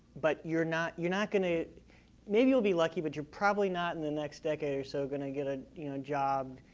but you're not you're not gonna, maybe you'll be lucky but you're probably not in the next decade or so gonna get a job.